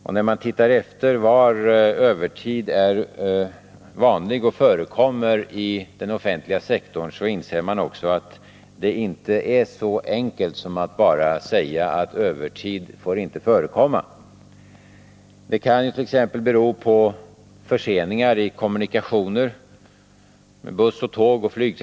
Men när man undersöker var övertidsarbete är vanligt och var det förekommer i den offentliga sektorn, inser man att det inte är så enkelt att lösa problemet som att bara säga att övertid inte får förekomma. Den kan t.ex. bero på förseningar i kommunikationer, med buss och tåg och flyg.